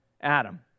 Adam